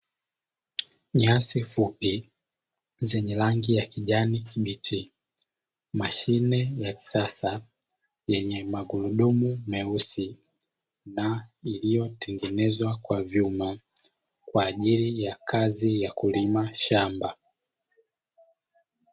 Nyasi fupi zenye rangi ya kijani kibichi, mashine ya kisasa yenye magurudumu meusi na iliyotengenezwa kwa vyuma kwa ajili ya kazi ya kulima shamba.